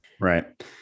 Right